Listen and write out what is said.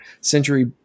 century